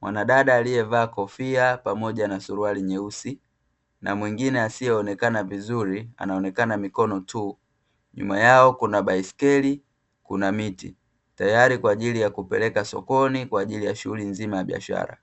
Mwanadada aliyevaa kofia pamoja na suruali nyeusi na mwingine asiyeonekana vizuri anaonekana mikono tu; nyuma yao kuna baiskeli, kuna miti; tayari kwa ajili ya kupeleka sokoni kwa ajili ya shughuli nzima ya biashara.